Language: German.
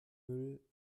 müll